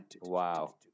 Wow